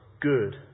good